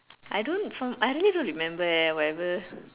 I don't from I don't even remember eh whatever